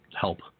help